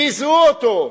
ביזו אותו,